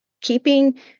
Keeping